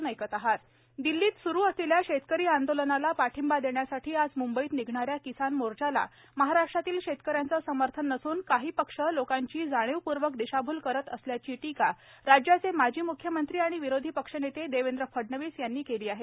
देवेंद्र फडणवीस दिल्लीत स्रू असलेल्या शेतकरी आंदोलनाला पाठिंबा देण्यासाठी आज मंंबईत निघणाऱ्या किसान मोर्चाला महाराष्ट्रातील शेतकऱ्यांचे समर्थन नसून काही पक्ष लोकांची जाणिवपूर्वक दिशाभूल करीत असल्याची टीका राज्याचे माजी म्ख्यमंत्री आणि विरोधी पक्षनेते देवेंद्र फडणवीस यांनी केली आहे